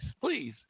please